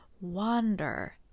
wander